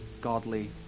godly